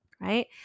right